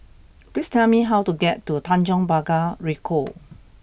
please tell me how to get to Tanjong Pagar Ricoh